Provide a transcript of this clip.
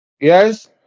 Yes